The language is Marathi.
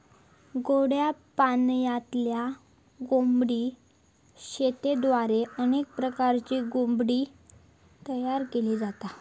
गोड्या पाणयातल्या कोळंबी शेतयेद्वारे अनेक प्रकारची कोळंबी तयार केली जाता